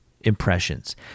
impressions